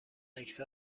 عکس